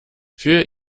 für